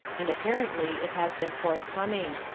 and apparently it has been forthcoming.